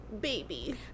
Baby